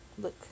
look